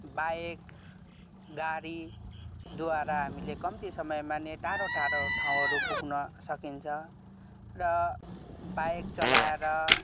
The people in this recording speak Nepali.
बाइक गाडीद्वारा हामीले कम्ती समयमा नै टाढो टाढो ठाउँहरू पुग्न सकिन्छ र बाइक चलाएर